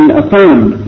affirmed